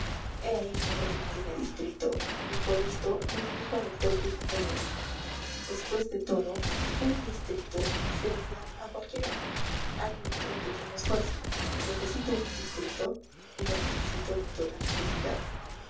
ahí un hombre que no tiene distrito y por esto me dirijo al lector pidiéndole uno después de todo un distrito se le da a cualquiera haga el lector un pequeño esfuerzo necesito un distrito y lo necesito de toda necesidad